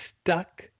stuck